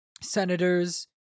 senators